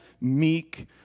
meek